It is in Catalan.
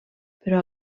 però